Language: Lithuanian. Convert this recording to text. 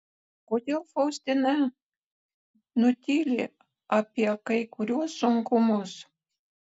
kodėl faustina nutyli apie kai kuriuos sunkumus